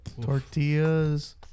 tortillas